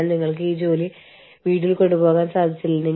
അതിനാൽ നിങ്ങളുടെ ചില ജീവനക്കാരെ നിങ്ങൾ പിരിച്ചുവിടേണ്ടതുണ്ട്